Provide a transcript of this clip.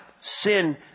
sin